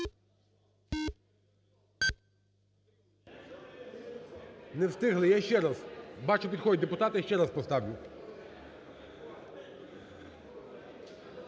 Не встигли. Я ще раз… бачу, підходять депутати, я ще раз поставлю.